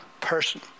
person